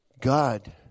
God